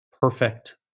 perfect